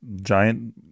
giant